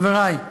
חברי,